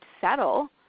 settle